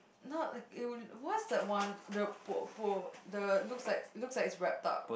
not like it would what that's one the bo bo the looks like looks like it's reptile